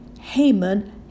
Haman